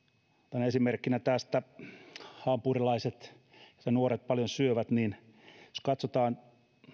otan esimerkkinä tästä hampurilaiset mitä nuoret paljon syövät jos katsotaan